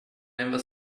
never